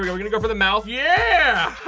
we're we're gonna go for the mouth. yeah,